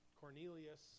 Cornelius